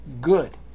Good